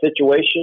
situation